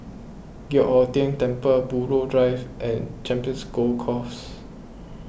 Giok Hong Tian Temple Buroh Drive and Champions Golf Course